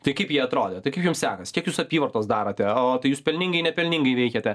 tai kaip ji atrodė tai kaip jums sekasi kiek jūs apyvartos darote o tai jūs pelningai nepelningai veikiate